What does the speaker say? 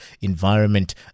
environment